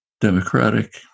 Democratic